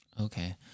Okay